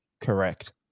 Correct